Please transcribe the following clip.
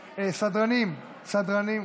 סדרנים,